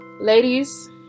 ladies